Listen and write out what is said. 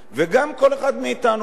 בואו נתחיל עם כל אחד מאתנו.